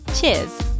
Cheers